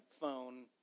phone